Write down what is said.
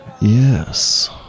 Yes